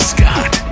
Scott